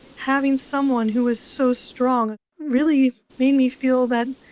having someone who was so strong really made me feel that